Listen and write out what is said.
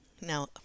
Now